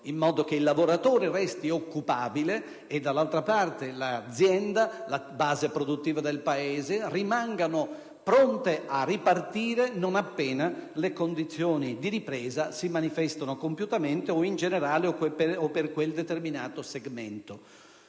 in modo che il lavoratore resti occupabile, e, dall'altra, a far sì che l'azienda, la base produttiva del Paese, siano pronte a ripartire non appena le condizioni di ripresa si manifestino compiutamente in generale o per quel determinato segmento.